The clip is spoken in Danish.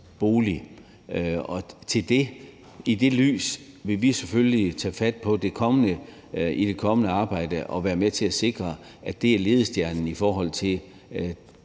bolig, og i det lys vil vi selvfølgelig i det kommende arbejde være med til at sikre, at det er ledestjernen i forhold til